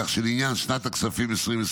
כך שלעניין שנת הכספים 2024,